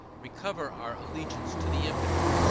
recover our allegiance to the infinite,